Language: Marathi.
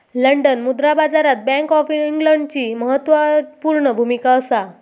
लंडन मुद्रा बाजारात बॅन्क ऑफ इंग्लंडची म्हत्त्वापूर्ण भुमिका असा